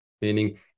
meaning